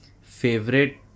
favorite